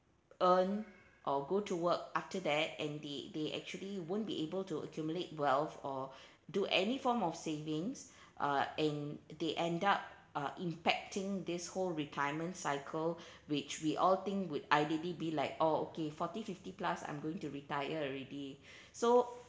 earn or go to work after that and they they actually won't be able to accumulate wealth or do any form of savings uh and they end up uh impacting this whole retirement cycle which we all thing would ideally be like oh okay forty fifty plus I'm going to retire already so